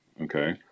okay